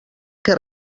que